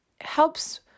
helps